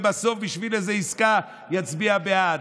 ובסוף בשביל איזו עסקה יצביע בעד,